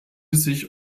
sich